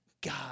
God